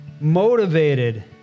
motivated